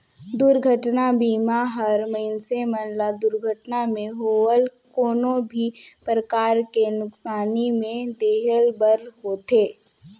दुरघटना बीमा हर मइनसे मन ल दुरघटना मे होवल कोनो भी परकार के नुकसानी में देहे बर होथे